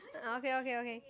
okay okay okay